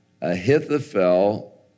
Ahithophel